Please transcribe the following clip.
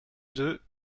deux